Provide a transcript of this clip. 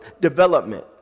development